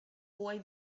boy